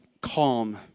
calm